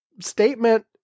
statement